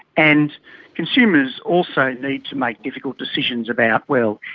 and consumers also need to make difficult decisions about, well,